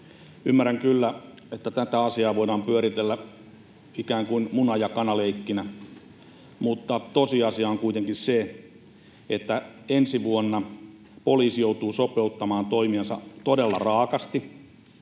Ymmärrän kyllä, että tätä asiaa voidaan pyöritellä ikään kuin muna- ja kanaleikkinä, mutta tosiasia on kuitenkin se, että ensi vuonna poliisi joutuu sopeuttamaan toimiansa todella raakasti